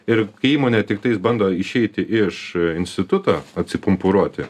ir kai įmonė tiktais bando išeiti iš instituto atsipumpuruoti